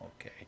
Okay